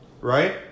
right